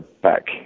back